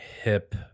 hip